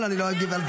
איך אתם יושבים בשקט?